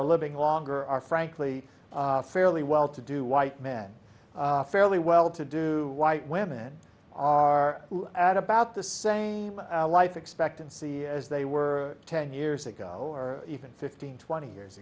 are living longer are frankly fairly well to do white men fairly well to do white women are at about the same life expectancy as they were ten years ago or even fifteen twenty years